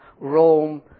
Rome